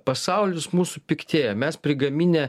pasaulis mūsų piktėja mes prigaminę